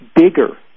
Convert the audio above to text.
bigger